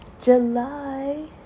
July